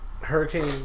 hurricane